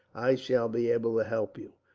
i shall be able to help you.